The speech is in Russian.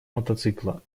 мотоцикла